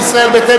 ישראל ביתנו,